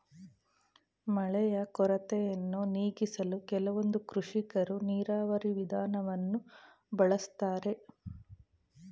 ಮಳೆಯ ಕೊರತೆಯನ್ನು ನೀಗಿಸಲು ಕೆಲವೊಂದು ಕೃಷಿಕರು ನೀರಾವರಿ ವಿಧಾನವನ್ನು ಬಳಸ್ತಾರೆ